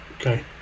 Okay